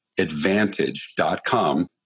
advantage.com